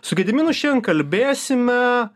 su gediminu šiandien kalbėsime